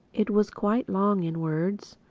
it was quite long in words.